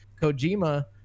Kojima